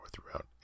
throughout